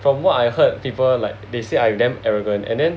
from what I heard people like they say I am damn arrogant and then